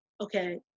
okay